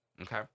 okay